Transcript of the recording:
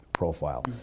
profile